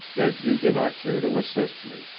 that you do not care to assist me.